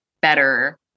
better